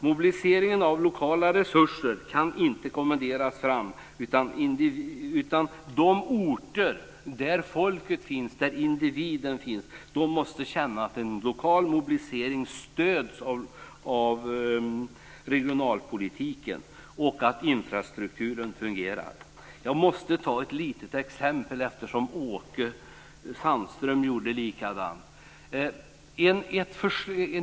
Mobiliseringen av lokala resurser kan inte kommenderas fram, utan i de orter där människorna finns, där individerna finns, måste de känna att en lokal mobilisering stöds av regionalpolitiken och att infrastrukturen fungerar. Jag måste ta ett litet exempel eftersom Åke Sandström gjorde det.